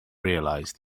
realise